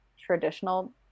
traditional